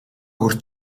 хүрч